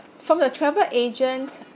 from the travel agent